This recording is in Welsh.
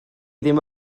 ddim